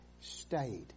stayed